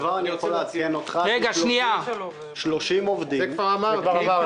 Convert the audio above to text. כבר אני יכול לעדכן אותך ש-30 עובדים נקלטו,